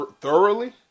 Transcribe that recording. Thoroughly